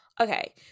Okay